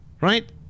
Right